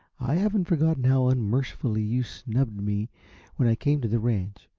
i haven't forgotten how unmercifully you snubbed me when i came to the ranch,